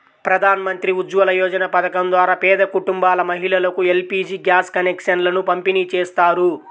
ప్రధాన్ మంత్రి ఉజ్వల యోజన పథకం ద్వారా పేద కుటుంబాల మహిళలకు ఎల్.పీ.జీ గ్యాస్ కనెక్షన్లను పంపిణీ చేస్తారు